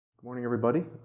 morning everybody.